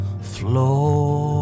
flow